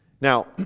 Now